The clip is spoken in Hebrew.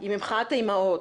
היא ממחאת האימהות.